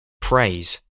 Praise